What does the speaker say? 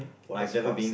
what are sports